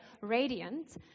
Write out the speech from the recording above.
radiant